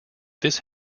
this